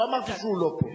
לא אמרתי שהוא לא פה.